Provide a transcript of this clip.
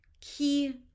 key